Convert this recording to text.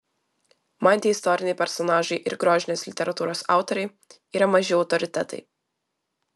man tie istoriniai personažai ir grožinės literatūros autoriai yra maži autoritetai